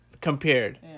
compared